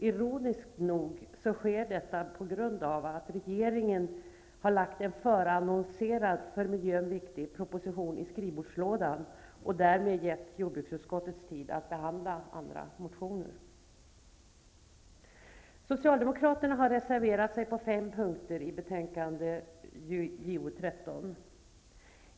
Ironiskt nog sker detta på grund av att regeringen har lagt en förannonserad, för miljön viktig proposition i skrivbordslådan och därmed gett jordbruksutskottet tid att behandla andra motioner. Socialdemokraterna har reserverat sig på fem punkter i betänkande JoU13.